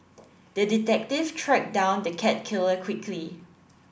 the detective tracked down the cat killer quickly